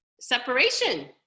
Separation